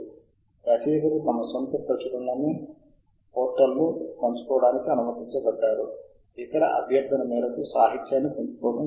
ఒక ఉదాహరణగా నా విషయంలో నేను మెల్ట్ స్పిన్నింగ్ అని పిలువబడే అంశం పై సాహిత్య శోధన చేయబోతున్నాను